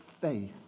faith